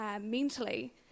mentally